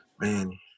man